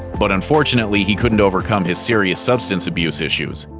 but unfortunately he couldn't overcome his serious substance abuse issues.